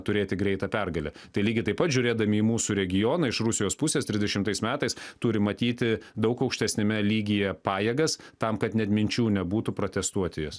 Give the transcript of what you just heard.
turėti greitą pergalę tai lygiai taip pat žiūrėdami į mūsų regioną iš rusijos pusės trisdešimtais metais turi matyti daug aukštesniame lygyje pajėgas tam kad net minčių nebūtų pratestuoti jas